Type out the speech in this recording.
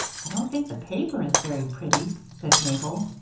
i don't think the paper is very pretty, said mabel.